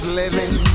living